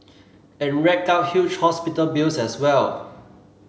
and rack up huge hospital bills as well